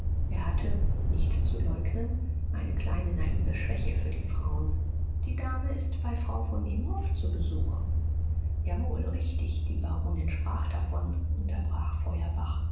er hatte nicht zu leugnen eine kleine naive schwäche für die frauen die dame ist bei frau von imhoff zu besuch jawohl richtig die baronin sprach davon unterbrach